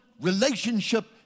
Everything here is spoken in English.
relationship